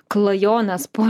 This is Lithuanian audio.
klajones po